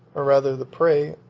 or rather the prey,